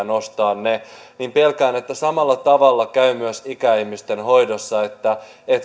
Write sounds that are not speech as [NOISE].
[UNINTELLIGIBLE] nostamaan ne pelkään että samalla tavalla käy myös ikäihmisten hoidossa että